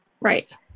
right